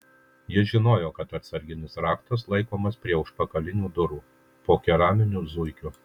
jis žinojo kad atsarginis raktas laikomas prie užpakalinių durų po keraminiu zuikiu